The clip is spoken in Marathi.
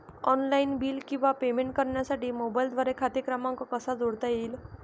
ऑनलाईन बिल किंवा पेमेंट करण्यासाठी मोबाईलद्वारे खाते क्रमांक कसा जोडता येईल?